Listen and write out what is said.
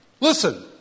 Listen